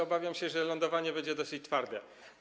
Obawiam się, że lądowanie będzie dosyć twarde.